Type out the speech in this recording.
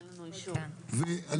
אני